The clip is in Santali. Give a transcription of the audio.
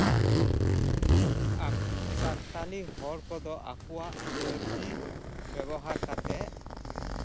ᱟᱠᱚ ᱥᱟᱱᱛᱟᱞᱤ ᱦᱚᱲ ᱠᱚᱫᱚ ᱟᱠᱚᱣᱟᱜ ᱯᱟᱹᱨᱥᱤ ᱵᱮᱵᱚᱦᱟᱨ ᱠᱟᱛᱮᱫ